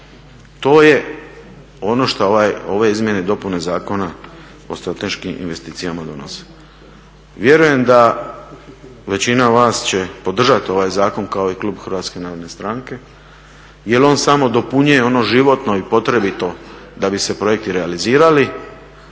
To je ono što ove izmjene i dopune Zakona o strateškim investicijama donose. Vjerujem da većina vas će podržati ovaj zakona kao i klub Hrvatske narodne stranke jel on samo dopunjuje ono životno i potrebito da bi se projekti realizirati